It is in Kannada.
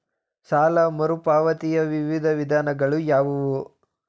ಸಾಲ ಮರುಪಾವತಿಯ ವಿವಿಧ ವಿಧಾನಗಳು ಯಾವುವು?